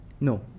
No